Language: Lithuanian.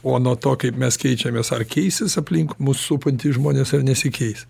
o nuo to kaip mes keičiamės ar keisis aplink mus supantys žmonės ar nesikeis